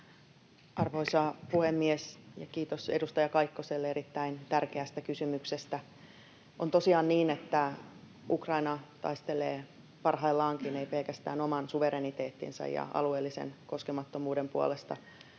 Arvoisa puhemies! Kiitos edustaja Kaikkoselle erittäin tärkeästä kysymyksestä. On tosiaan niin, että Ukraina taistelee parhaillaankin ei pelkästään oman suvereniteettinsa ja alueellisen koskemattomuutensa puolesta